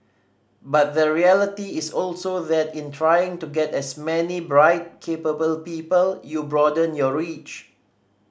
but the reality is also that in trying to get as many bright capable people you broaden your reach